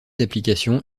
applications